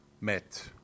met